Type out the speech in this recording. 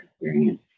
experience